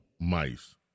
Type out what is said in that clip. mice